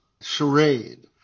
charade